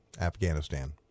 Afghanistan